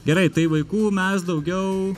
gerai tai vaikų mes daugiau